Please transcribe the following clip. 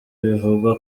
bivugwa